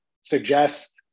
suggest